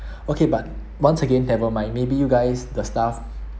okay but once again never mind maybe you guys the staff